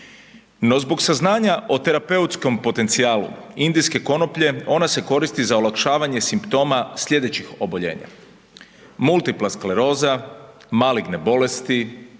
No, zbog saznanja o terapeutskom potencijalu indijske konoplje, ona se koristi za olakšavanje simptoma slijedećih oboljenja, multipla skleroza, maligne bolesti,